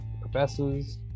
professors